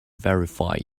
verify